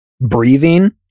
breathing